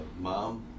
mom